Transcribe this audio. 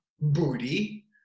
booty